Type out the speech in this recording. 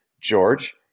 George